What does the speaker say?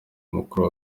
mukuru